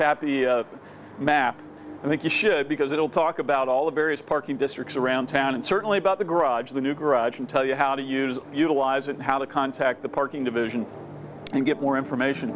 the map i think you should because it will talk about all the various parking districts around town and certainly about the garage of the new garage and tell you how to use utilize it how to contact the parking division and get more information